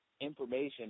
information